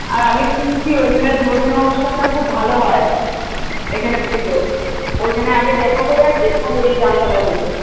আর আমি শুনছি ওইখানে ধর্মীয় অনুষ্ঠানটা খুব ভালো হয় এখানের থেকেও ওইখানে আগে দেখা করে আসি পরে ওই জামতলায় দেকব